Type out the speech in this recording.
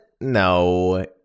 No